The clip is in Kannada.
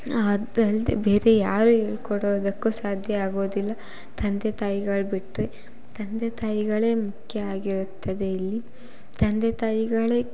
ಅದಲ್ದೆ ಬೇರೆ ಯಾರೇ ಹೇಳ್ಕೊಡೋದಕ್ಕು ಸಾಧ್ಯ ಆಗೋದಿಲ್ಲ ತಂದೆ ತಾಯಿಗಳು ಬಿಟ್ಟರೆ ತಂದೆ ತಾಯಿಗಳೇ ಮುಖ್ಯ ಆಗಿರುತ್ತದೆ ಇಲ್ಲಿ ತಂದೆ ತಾಯಿಗಳೇ